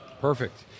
perfect